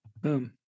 Boom